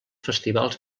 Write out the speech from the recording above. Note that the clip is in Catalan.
festivals